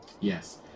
Yes